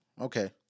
Okay